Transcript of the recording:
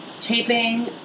taping